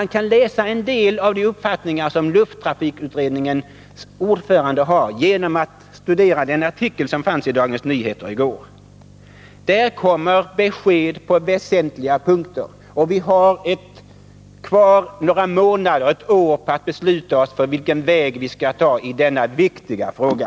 Han kan läsa en del av de uppfattningar som lufttrafikutredningens ordförande har genom att studera den artikel som i går var införd i Dagens Nyheter. Där finns besked på väsentliga punkter. Vi har några månader, kanske ett år, på oss att besluta oss för vilken väg vi skall välja i denna viktiga fråga.